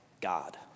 God